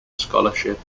scholarship